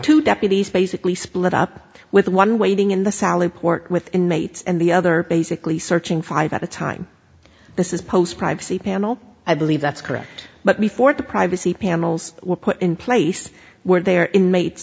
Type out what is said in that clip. two deputies basically split up with one waiting in the sally port with inmates and the other basically searching five at a time this is post privacy panel i believe that's correct but before the privacy panels were put in place were there inmates